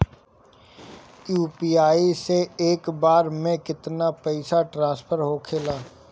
UPI से एक बार मे केतना पैसा ट्रस्फर होखे ला?